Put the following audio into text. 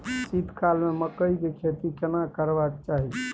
शीत काल में मकई के खेती केना करबा के चाही?